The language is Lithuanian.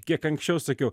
kiek anksčiau sakiau